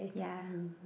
yeah